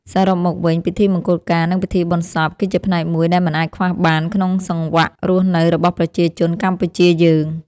សរុបមកវិញ ពិធីមង្គលការនិងពិធីបុណ្យសព គឺជាផ្នែកមួយដែលមិនអាចខ្វះបានក្នុងសង្វាក់រស់នៅរបស់ប្រជាជនកម្ពុជាយើង។